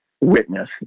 witness